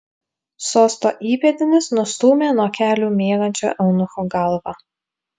sosto įpėdinis nustūmė nuo kelių miegančio eunucho galvą